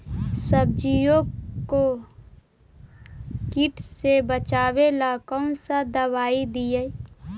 सब्जियों को किट से बचाबेला कौन सा दबाई दीए?